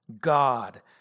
God